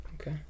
okay